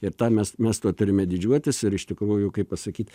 ir tą mes mes tuo turime didžiuotis ir iš tikrųjų kaip pasakyt